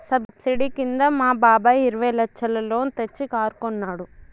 subsidy కింద మా బాబాయ్ ఇరవై లచ్చల లోన్ తెచ్చి కారు కొన్నాడు